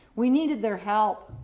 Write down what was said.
we needed their help.